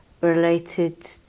related